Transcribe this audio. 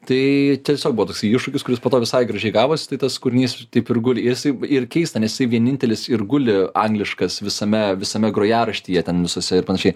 tai tiesiog buvo toksai iššūkis kuris po to visai gražiai gavosi tai tas kūrinys taip ir guli jisai ir keista nes jisai vienintelis ir guli angliškas visame visame grojaraštyje ten visose ir panašiai